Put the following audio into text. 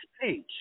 page